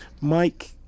Mike